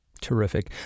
Terrific